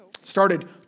started